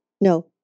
No